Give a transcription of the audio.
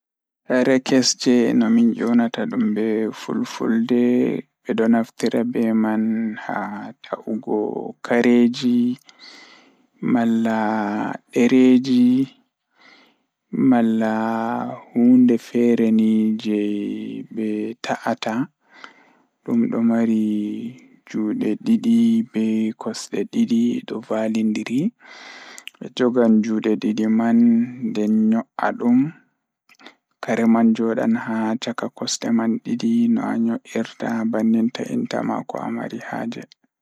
Ko sowtorde mawɗe ko noɓɓi haala e duunde njunndu. Ngal sowtorde njiyataa kammuɗi laawol e dow, ngam teeŋngude laawol ngal. Haa, kammuɗi ndiyan njantataa e goongu daande, ngam baawtoore laawol ngal.